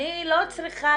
אני לא צריכה,